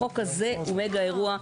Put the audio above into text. החוק הזה הוא מגה אירוע,